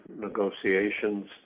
negotiations